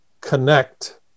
connect